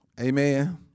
Amen